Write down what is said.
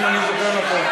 אם אני זוכר נכון.